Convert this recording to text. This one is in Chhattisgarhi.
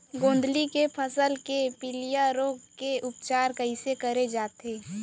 गोंदली के फसल के पिलिया रोग के उपचार कइसे करे जाये?